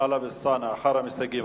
טלב אלסאנע, אחרון המסתייגים.